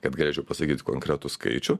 kad galėčiau pasakyt konkretų skaičių